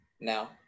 now